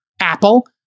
Apple